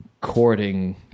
courting